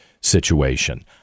situation